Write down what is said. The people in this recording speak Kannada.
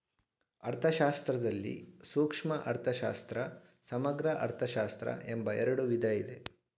ಅರ್ಥಶಾಸ್ತ್ರದಲ್ಲಿ ಸೂಕ್ಷ್ಮ ಅರ್ಥಶಾಸ್ತ್ರ, ಸಮಗ್ರ ಅರ್ಥಶಾಸ್ತ್ರ ಎಂಬ ಎರಡು ವಿಧ ಇದೆ